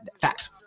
fact